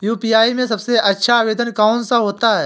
UPI में सबसे अच्छा आवेदन कौन सा होता है?